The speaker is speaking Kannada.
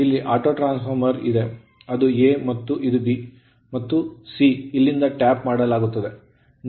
ಇಲ್ಲಿ ಆಟೋ ಟ್ರಾನ್ಸ್ ಫಾರ್ಮರ್ ಇದೆ ಅದು A ಮತ್ತು ಇದು B ಮತ್ತು C ಇಲ್ಲಿಂದ ಟ್ಯಾಪ್ ಮಾಡಲಾಗುತ್ತದೆ